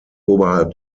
oberhalb